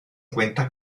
cuenta